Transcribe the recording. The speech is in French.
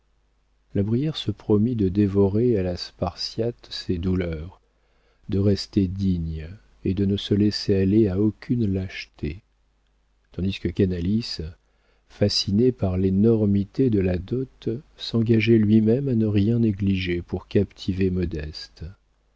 la brière se promit de dévorer à la spartiate ses douleurs de rester digne et de ne se laisser aller à aucune lâcheté tandis que canalis fasciné par l'énormité de la dot s'engageait lui-même à ne rien négliger pour captiver modeste